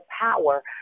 power